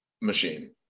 machine